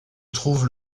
trouves